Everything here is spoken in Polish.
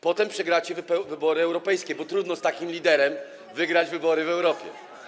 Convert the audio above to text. Potem przegracie wybory europejskie, bo trudno z takim liderem wygrać wybory w Europie.